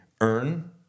earn